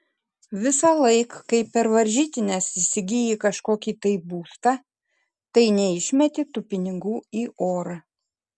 visąlaik kai per varžytines įsigyji kažkokį tai būstą tai neišmeti tų pinigų į orą